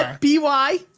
ah b y?